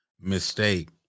mistake